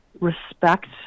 respect